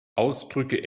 ausdrücke